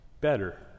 better